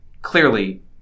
Clearly